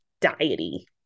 diety